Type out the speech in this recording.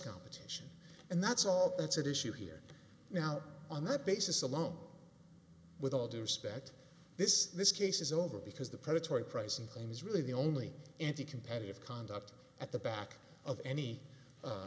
competition and that's all that's at issue here now on that basis alone with all due respect this this case is over because the predatory pricing claims really the only anti competitive conduct at the back of any